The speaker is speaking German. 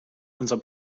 unser